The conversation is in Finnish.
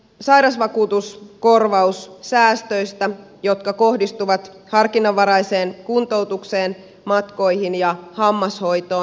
sitten näistä sairausvakuutuskorvaussäästöistä jotka kohdistuvat harkinnanvaraiseen kuntoutukseen matkoihin ja hammashoitoon